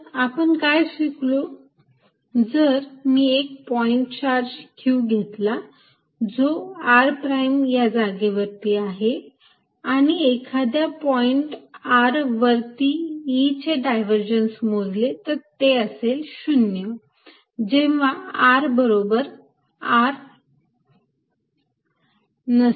तर आपण काय शिकलो जर मी एक पॉईंट चार्ज q घेतला जो r प्राईम या जागेवरती आहे आणि एखाद्या पॉईंट r वरती E चे डायव्हर्जन्स मोजले तर ते असेल 0 जेव्हा r बरोबर r नसते